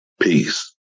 Peace